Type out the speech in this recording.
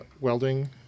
welding